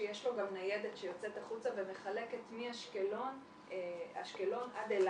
שיש לו גם ניידת שיוצאת החוצה ומחלקת מאשקלון עד אילת.